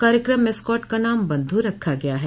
कार्यकम मेस्कॉट का नाम बन्धु रखा गया है